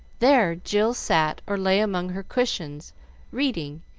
there jill sat or lay among her cushions reading,